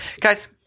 Guys